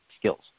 skills